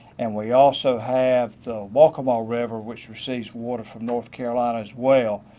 and we also have the waccamaw river which receives water from north carolina as well.